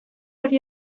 hori